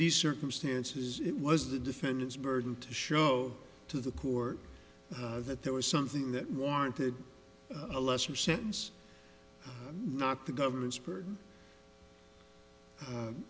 these circumstances it was the defendant's burden to show to the court that there was something that warranted a lesser sentence not the government's bur